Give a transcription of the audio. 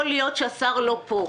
לא יכול להיות שהשר לא פה.